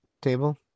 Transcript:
table